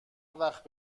وقت